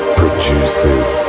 produces